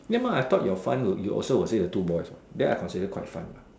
ya mah I thought you fun would you also will say the two boys what then I considered quite fun what